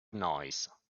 noise